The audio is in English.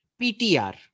PTR